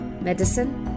medicine